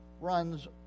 runs